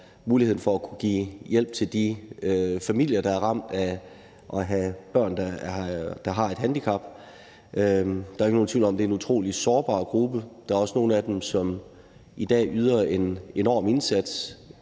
muligheden for at kunne give hjælp til de familier, der er ramt af at have børn med et handicap. Der er jo ikke nogen tvivl om, at det er en utrolig sårbar gruppe. Der er også nogle af dem, som i dag yder en enorm indsats.